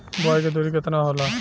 बुआई के दुरी केतना होला?